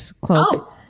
cloak